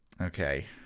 Okay